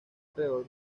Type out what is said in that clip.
alrededor